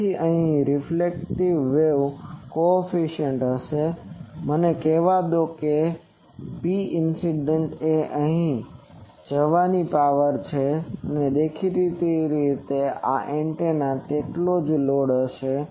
તેથી અહીં એક રીફ્લેશન કોએફીસિયન્ટ હશે અને મને કહેવા દો કે Pincident એ અહીં જવાની પાવર છે અને દેખીતી રીતે આ એન્ટેના તેટલું જ લોડ હશે